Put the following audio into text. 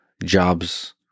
jobs